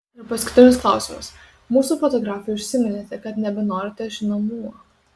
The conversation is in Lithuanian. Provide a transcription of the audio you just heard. ir paskutinis klausimas mūsų fotografui užsiminėte kad nebenorite žinomumo